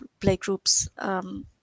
playgroups